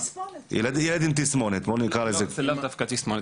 ילד עם תסמונת --- זה לאו דווקא תסמונת.